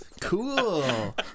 cool